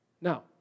Now